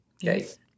Yes